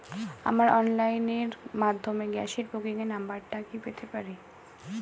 আমার অনলাইনের মাধ্যমে গ্যাস বুকিং এর নাম্বারটা কি পেতে পারি?